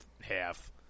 half